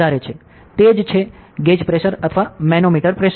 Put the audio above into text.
તે જ છે ગેજ પ્રેશર અથવા મેનોમીટર પ્રેશર